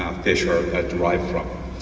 fish are derived from.